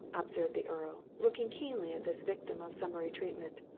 observed the earl, looking keenly at this victim of summary treatment.